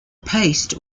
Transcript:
paste